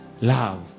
Love